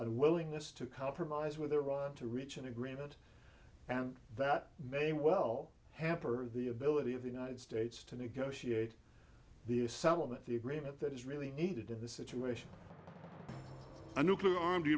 willingness to compromise with iraq to reach an agreement and that may well happen or the ability of the united states to negotiate the a settlement the agreement that is really needed in the situation a nuclear arm